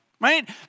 Right